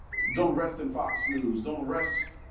don't rest in foxnews. don't rest